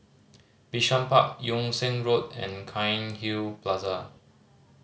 Bishan Park Yung Sheng Road and Cairnhill Plaza